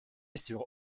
sur